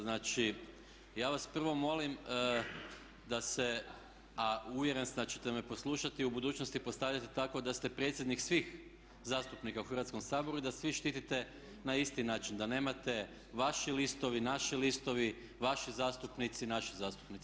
Znači, ja vas prvo molim da se, a uvjeren sam da ćete me poslušati, u budućnosti postavljate tako da ste predsjednik svih zastupnika u Hrvatskom saboru i da svih štitite na isti način, da nemate vaši listovi, naši listovi, vaši zastupnici, naši zastupnici.